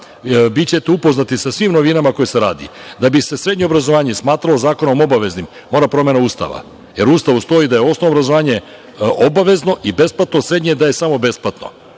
radimo. Bićete upoznati sa svim novinama koje se rade. Da bi se srednje obrazovanje smatralo zakonom obaveznim, mora promena Ustava, jer u Ustavu stoji da je osnovno obrazovanje obavezno i besplatno, srednje da je samo besplatno.